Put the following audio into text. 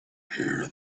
hear